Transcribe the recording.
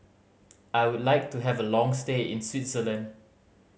I would like to have a long stay in Switzerland